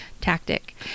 tactic